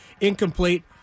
Incomplete